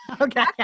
Okay